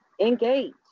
engage